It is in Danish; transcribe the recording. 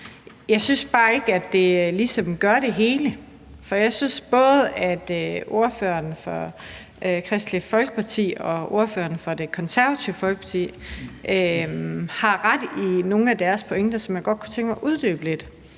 Jeg synes bare ikke, at det ligesom gør det hele. Jeg synes, at både ordføreren for Kristendemokraterne og ordføreren for Det Konservative Folkeparti har ret i nogle af deres pointer, som jeg godt kunne tænke mig at uddybe lidt.